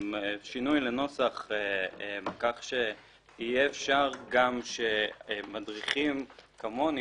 שינוי לנוסח כך שיהיה אפשר שמדריכים כמוני,